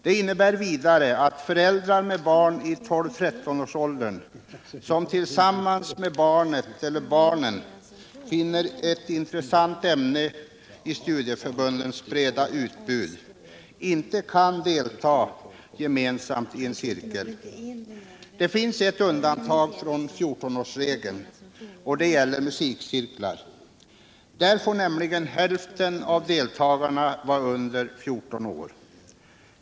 Det innebär vidare att föräldrar med barn i 12-13-årsåldern, som tillsammans med barnet eller barnen finner ett intressant ämne i studieförbundens breda utbud, inte kan delta gemensamt i en cirkel. Det finns ett undantag från 14-årsregeln, och det gäller musikcirklar. Där får nämligen hälften av deltagarna vara under 14 år.